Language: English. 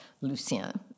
Lucien